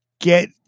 get